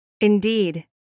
Indeed